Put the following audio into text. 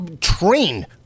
train